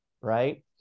right